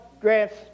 grants